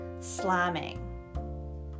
slamming